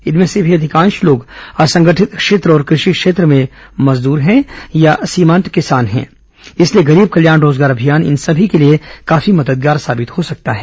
इनमें से भी अधिकांश लोग असंगठित क्षेत्र और कृषि क्षेत्र में मजदूर हैं या सीमांत किसान हैं इसलिए गरीब कल्याण रोजगार अभियान इन सभी के लिए काफी मददगार साबित हो सकता है